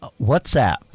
WhatsApp